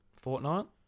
Fortnite